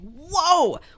whoa